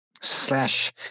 slash